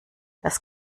das